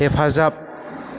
हेफाजाब